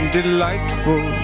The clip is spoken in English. delightful